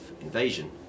invasion